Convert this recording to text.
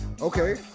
okay